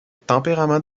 tempérament